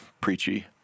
preachy